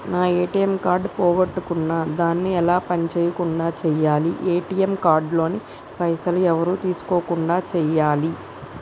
నా ATM card పోగొట్టుకున్నా దాన్ని ఎలా పని చేయకుండా చేయాలి ఏ.టి.ఎమ్ కార్డు లోని పైసలు ఎవరు తీసుకోకుండా చేయాలి?